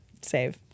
save